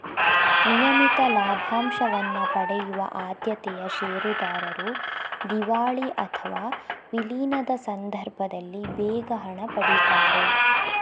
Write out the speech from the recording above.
ನಿಯಮಿತ ಲಾಭಾಂಶವನ್ನ ಪಡೆಯುವ ಆದ್ಯತೆಯ ಷೇರುದಾರರು ದಿವಾಳಿ ಅಥವಾ ವಿಲೀನದ ಸಂದರ್ಭದಲ್ಲಿ ಬೇಗ ಹಣ ಪಡೀತಾರೆ